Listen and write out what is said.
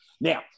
Now